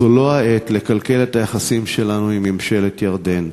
זו לא העת לקלקל את היחסים שלנו עם ממשלת ירדן.